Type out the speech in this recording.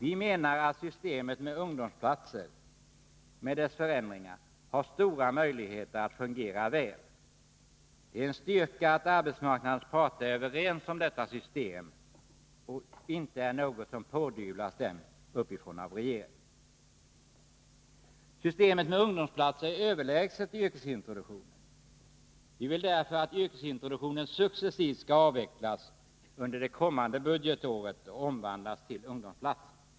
Vi menar att systemet med ungdomsplatser — med de förändringar jag nämnt — har stora möjligheter att fungera väl. Det är en styrka att arbetsmarknadens parter är överens om detta system och att det inte är något som har pådyvlats dem uppifrån av regeringen. Systemet med ungdomsplatser är överlägset yrkesintroduktionen. Vi vill därför att yrkesintroduktionen successivt skall avvecklas under det kommande budgetåret och omvandlas till ungdomsplatser.